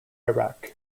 iraq